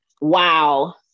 Wow